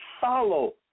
follow